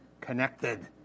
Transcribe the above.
connected